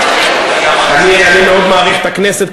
אני מאוד מעריך את הכנסת,